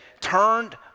turned